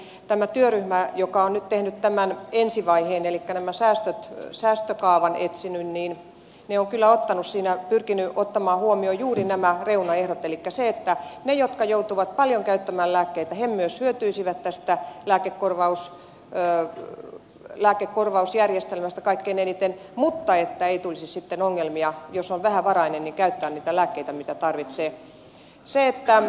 mielestäni tämä työryhmä joka on nyt tehnyt tämän ensi vaiheen elikkä tämän säästökaavan etsinyt on kyllä pyrkinyt ottamaan huomioon juuri nämä reunaehdot elikkä sen että ne jotka joutuvat paljon käyttämään lääkkeitä myös hyötyisivät tästä lääkekorvausjärjestelmästä kaikkein eniten mutta että ei tulisi sitten ongelmia jos on vähävarainen käyttää niitä lääkkeitä mitä tarvitsee